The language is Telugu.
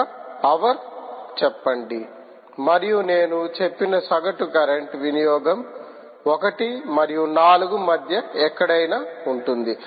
ఒక హవర్ చెప్పండి మరియు నేను చెప్పిన సగటు కరంట్ వినియోగం 1 మరియు 4 మధ్య ఎక్కడైనా ఉంటుంది